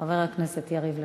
חבר הכנסת יריב לוין.